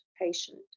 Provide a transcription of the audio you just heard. patient